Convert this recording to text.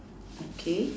okay